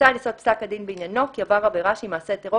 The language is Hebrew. מצאה על יסוד פסק הדין בעניינו כי עבר עבירה שהיא מעשה טרור